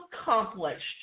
accomplished